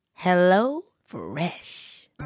HelloFresh